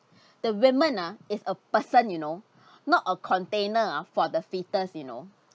the women ah is a person you know not a container for the fetus you know